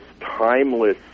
timeless